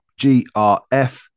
GRF